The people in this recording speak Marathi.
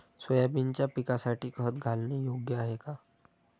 सोयाबीनच्या पिकासाठी खत घालणे योग्य आहे का?